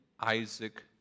Isaac